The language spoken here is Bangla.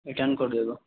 রিটার্ন করে দেব